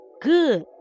good